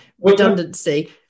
redundancy